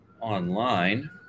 Online